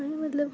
अहें मतलब